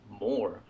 more